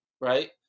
right